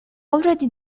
already